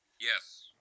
Yes